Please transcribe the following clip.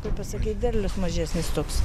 kaip pasakyt derlius mažesnis toks